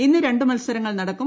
ഇന്ന് രണ്ട് മത്സരങ്ങൾ നടക്കും